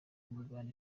imirwano